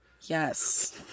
Yes